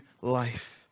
life